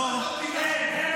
אין, אין